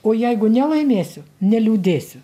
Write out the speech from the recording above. o jeigu nelaimėsiu neliūdėsiu